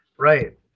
Right